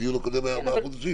הדיון הקודם היה לפני ארבעה חודשים?